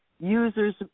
users